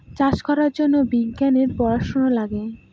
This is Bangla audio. চাষ করার জন্য বিজ্ঞানের পড়াশোনা লাগে